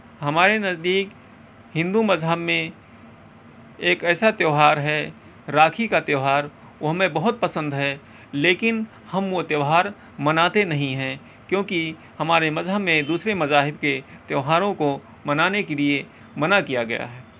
ہمارے نزدیک ہندو مذہب میں ایک ایسا تہوار ہے راکھی کا تہوار وہ ہمیں بہت پسند ہے لیکن ہم وہ تہوار مناتے نہیں ہیں کیونکہ ہمارے مذہب میں دوسرے مذاہب کے تہواروں کو منانے کے لئے منع کیا گیا ہے